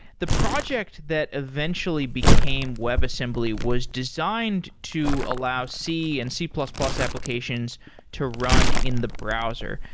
the project that eventually became webassembly was designed to allow c and c plus plus applications to run in the browser.